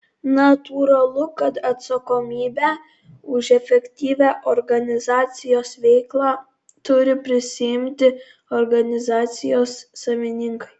natūralu kad atsakomybę už efektyvią organizacijos veiklą turi prisiimti organizacijos savininkai